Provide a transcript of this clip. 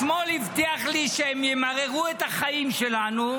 השמאל הבטיח לי שהם ימררו את החיים שלנו,